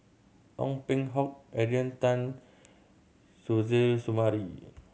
Ong Peng Hock Adrian Tan Suzairhe Sumari